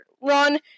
run